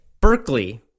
Berkeley